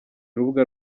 urubuga